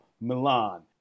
Milan